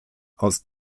aus